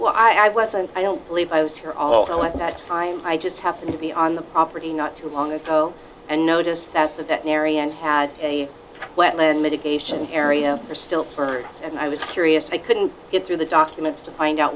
wetlands i wasn't i don't believe i was here although at that time i just happened to be on the property not too long ago and noticed that marion had a wetland mitigation area still for and i was curious i couldn't get through the documents to find out